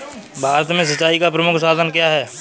भारत में सिंचाई का प्रमुख साधन क्या है?